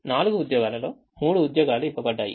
కాబట్టి 4 ఉద్యోగాలలో 3 ఉద్యోగాలు ఇవ్వబడ్డాయి